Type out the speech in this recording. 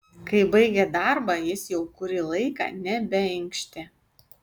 kai baigė darbą jis jau kurį laiką nebeinkštė